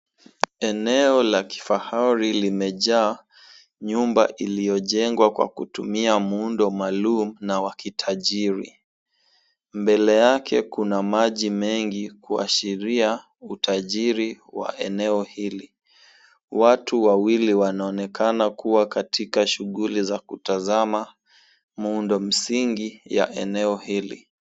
Eneo la kifahari limejaa nyumba iliyojengwa kwa kutumia muundo maalum na wa kitajiri. Mbele yake kuna maji mengi kuashiria utajiri wa eneo hili. Watu wawili wanaonekana kuwa katika shughuli za kutazama muundomsingi ya eneo hili.